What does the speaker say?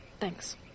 Thanks